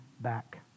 back